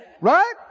Right